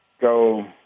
go